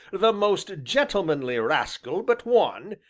the most gentlemanly rascal but one,